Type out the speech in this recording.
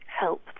help